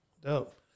dope